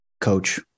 coach